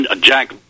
Jack